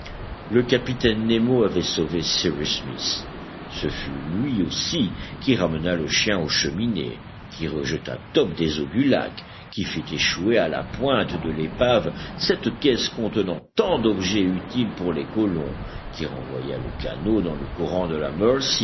le capitaine nemo avait sauvé cyrus smith ce fut lui aussi qui ramena le chien aux cheminées qui rejeta top des eaux du lac qui fit échouer à la pointe de l'épave cette caisse contenant tant d'objets utiles pour les colons qui renvoya le canot dans le courant de la